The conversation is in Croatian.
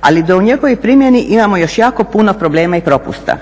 ali da u njegovoj primjeni imamo još jako puno problema i propusta.